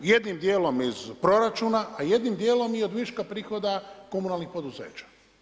Jednim dijelom iz proračuna, a jednim dijelom i od viška prihoda komunalnih poduzeća.